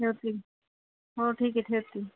ठेवते मी हो ठीक आहे ठेवते मी